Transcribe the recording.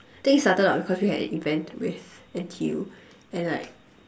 things started out because we had an event with N_T_U and like